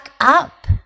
up